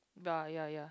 ya ya